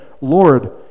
Lord